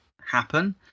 happen